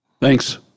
Thanks